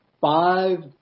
five